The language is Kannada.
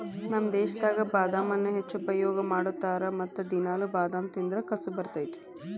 ನಮ್ಮ ದೇಶದಾಗ ಬಾದಾಮನ್ನಾ ಹೆಚ್ಚು ಉಪಯೋಗ ಮಾಡತಾರ ಮತ್ತ ದಿನಾಲು ಬಾದಾಮ ತಿಂದ್ರ ಕಸು ಬರ್ತೈತಿ